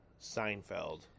Seinfeld